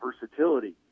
versatility